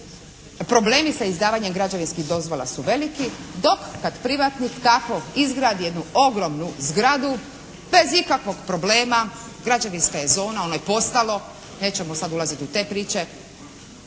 problemi sa izdavanjem građevinskih dozvola su veliki. Dok kad privatnik tako izgradi jednu ogromnu zgradu bez ikakvog problema građevinska je zona, ono je postalo, nećemo sad ulaziti u te priče